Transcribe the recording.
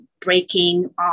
breaking